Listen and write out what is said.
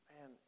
Man